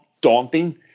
daunting